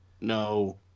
No